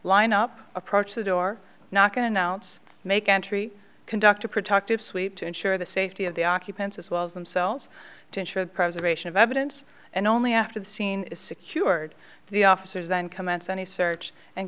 lined up approach the door knock and announce make entry conduct a productive sweep to ensure the safety of the occupants as well as themselves to ensure the preservation of evidence and only after the scene is secured the officers and commence any search and